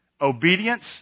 Obedience